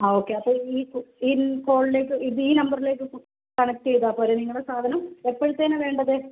അ അപ്പോൾ ഈ കോളിലേക്ക് ഈ നമ്പറിലേക്ക് കണക്റ്റ് ചെയ്താൽ പോരെ നിങ്ങൾടെ സാധനം എപ്പോഴത്തെനാണ് വേണ്ടത്